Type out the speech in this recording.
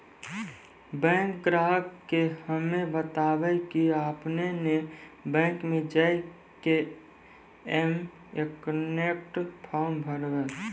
bank ग्राहक के हम्मे बतायब की आपने ने बैंक मे जय के एम कनेक्ट फॉर्म भरबऽ